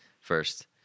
first